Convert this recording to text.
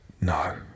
No